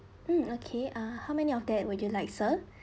mm okay uh how many of that would you like sir